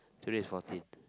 today is fourteen